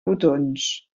botons